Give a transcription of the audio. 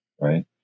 Right